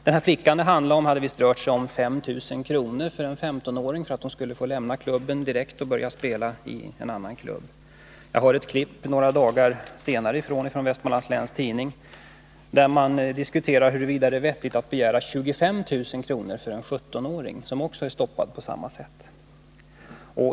Då det gäller den 15-åriga flicka som jag omnämnt i min fråga hade det visst rört sig om 5 000 kr. för att hon skulle få lämna klubben direkt och börja spela i en annan klubb. Jag har ett klipp från ett nummer av Vestmanlands Läns Tidning några dagar senare, där man diskuterar huruvida det är vettigt att begära 25 000 för en 17-åring, som är stoppad på samma sätt.